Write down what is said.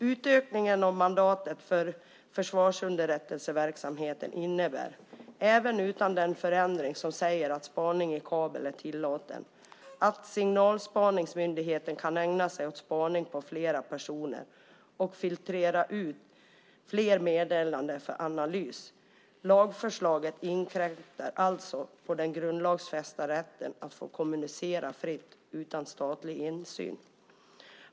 Utökningen av mandatet för försvarsunderrättelseverksamheten innebär, även utan den förändring som säger att spaning i kabel är tillåten, att signalspaningsmyndigheten kan ägna sig åt spaning på flera personer och filtrera ut flera meddelanden för analys. Lagförslaget inkräktar alltså på den grundlagsfästa rätten att få kommunicera fritt utan statlig insyn.